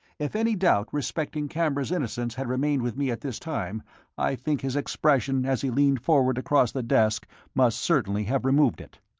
if any doubt respecting camber's innocence had remained with me at this time i think his expression as he leaned forward across the desk must certainly have removed it.